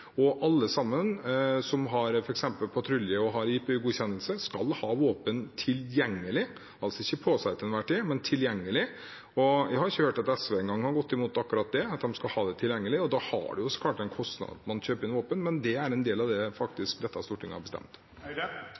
Alle som f.eks. har patrulje- og IP-godkjennelse, skal ha våpen tilgjengelig – altså ikke på seg til enhver tid, men tilgjengelig. Jeg har ikke hørt at SV engang har gått imot at de skal ha det tilgjengelig. Det har så klart en kostnad at man kjøper inn våpen, men det er en del av det dette stortinget faktisk har bestemt.